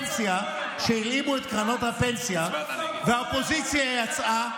כשהלאימו את קרנות הפנסיה והאופוזיציה יצאה,